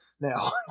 now